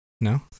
no